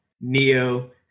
Neo